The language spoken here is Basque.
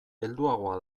helduagoa